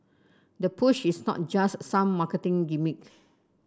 the push is not just some marketing gimmick